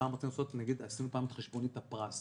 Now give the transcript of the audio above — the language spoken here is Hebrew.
פעם עשינו את חשבונית הפרס